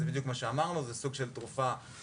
זה בדיוק מה שאמרנו זה סוג של תרופה זמנית,